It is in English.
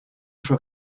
for